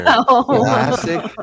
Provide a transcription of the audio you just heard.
classic